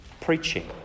preaching